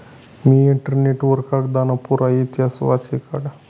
मी internet वर कागदना पुरा इतिहास वाची काढा